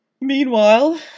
Meanwhile